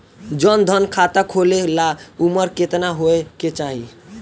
जन धन खाता खोले ला उमर केतना होए के चाही?